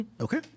Okay